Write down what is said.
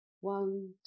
One